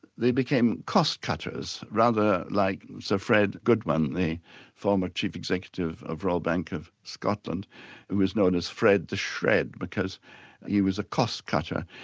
they became cost-cutters rather like sir fred goodman, the former chief executive of the royal bank of scotland who was known as fred the shred, because he was a cost-cutter.